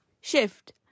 shift